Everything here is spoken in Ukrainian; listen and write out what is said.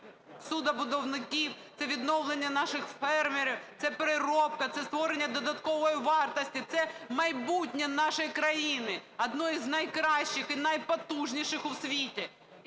суднобудівників, це відновлення наших фермерів, це переробка, це створення додаткової вартості, це майбутнє нашої країни, одної з найкращих і найпотужніших у світі.